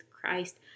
Christ